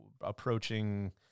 approaching